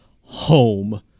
home